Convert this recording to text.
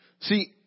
See